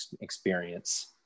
experience